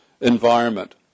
environment